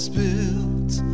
built